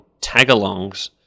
tagalongs